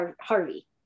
Harvey